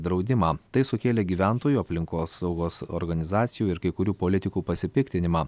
draudimą tai sukėlė gyventojų aplinkosaugos organizacijų ir kai kurių politikų pasipiktinimą